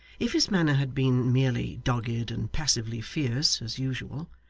if his manner had been merely dogged and passively fierce, as usual,